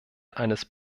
eines